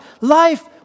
life